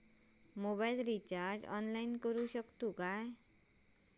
Mobile recharge online करुक शकतू काय?